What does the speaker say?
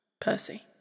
Percy